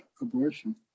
abortion